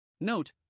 Note